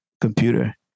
computer